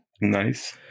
nice